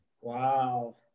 Wow